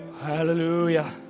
hallelujah